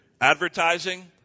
advertising